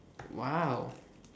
!wow!